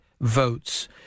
votes